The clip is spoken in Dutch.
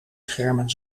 schermen